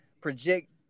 project